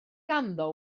ganddo